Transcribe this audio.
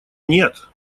нет